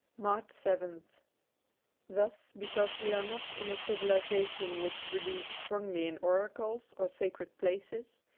march seventh thus because we are not in a civilization which believes strongly in oracles or sacred places,